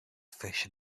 fish